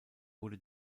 wurde